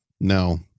no